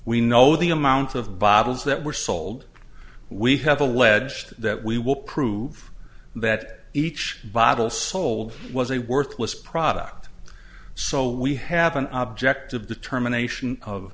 we know the amount of bottles that were sold we have alleged that we will prove that each bottle sold was a worthless product so we have an object of determination of